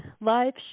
live